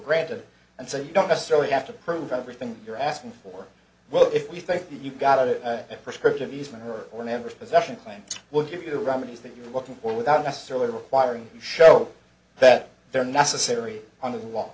granted and so you don't necessarily have to prove everything you're asking for well if we think you've got it prescriptive easement her or members possession claims will give you the remedies that you're looking for without necessarily requiring show that they're necessary on the wall